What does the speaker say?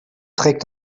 trägt